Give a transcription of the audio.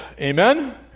amen